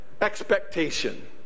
expectation